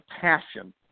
passion